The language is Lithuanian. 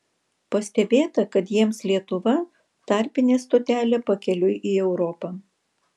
pastebėta kad jiems lietuva tarpinė stotelė pakeliui į europą